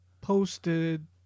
posted